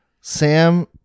Sam